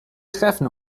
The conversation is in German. treffen